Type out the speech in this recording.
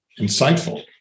insightful